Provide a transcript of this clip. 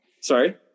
sorry